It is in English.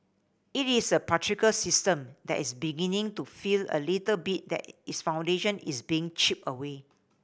it is a patriarchal system that is beginning to feel a little bit that its foundation is being chipped away